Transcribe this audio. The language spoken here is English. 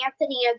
Anthony